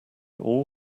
all